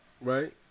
right